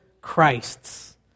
Christs